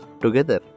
together